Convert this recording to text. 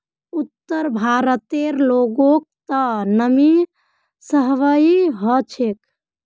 उत्तर भारतेर लोगक त नमी सहबइ ह छेक